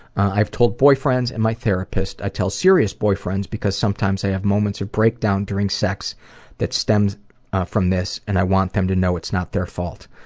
i've told boyfriends and my therapist. i tell serious boyfriends because sometimes i have moments of breakdown during sex that stems from this, and i want them to know it's not their fault.